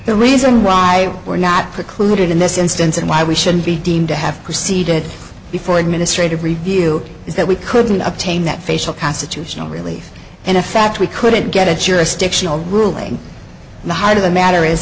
the reason why we're not precluded in this instance and why we should be deemed to have proceeded before administrative review is that we couldn't obtain that facial constitutional relief and in fact we couldn't get it jurisdictional ruling the heart of the matter is